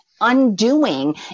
undoing